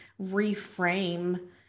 reframe